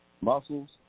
muscles